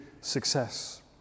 success